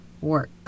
work